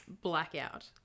blackout